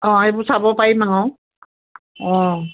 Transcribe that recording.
অঁ এইবোৰ চাব পাৰিম আৰু অঁ